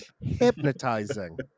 hypnotizing